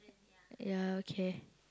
ya okay